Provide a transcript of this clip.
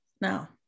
Now